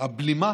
הבלימה